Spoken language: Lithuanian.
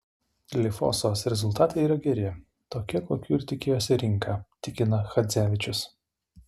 lifosos rezultatai yra geri tokie kokių ir tikėjosi rinka tikina chadzevičius